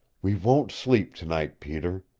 we won't sleep tonight, peter.